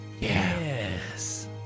Yes